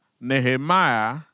Nehemiah